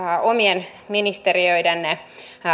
omien ministeriöidenne